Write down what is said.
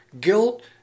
guilt